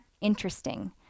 interesting